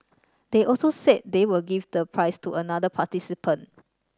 they also said they will give the prize to another participant